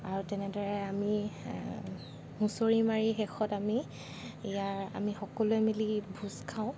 আৰু তেনেদৰে আমি হুঁচৰি মাৰি শেষত আমি ইয়াৰ আমি সকলোৱে মিলি ভোজ খাওঁ